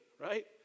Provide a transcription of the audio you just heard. right